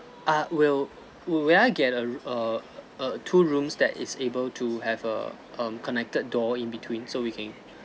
ah will will will I get a err err two rooms that is able to have a um connected door in between so we can